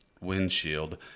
windshield